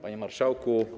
Panie Marszałku!